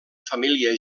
família